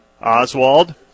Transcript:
Oswald